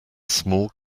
small